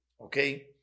okay